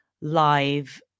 live